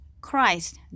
Christ